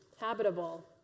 habitable